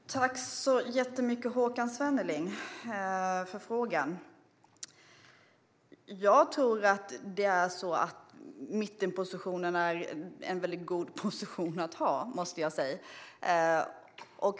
Fru talman! Tack så jättemycket för frågan, Håkan Svenneling! Jag tror att mittenpositionen är en väldigt god position att inta.